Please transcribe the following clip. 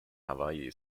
hawaii